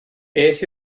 beth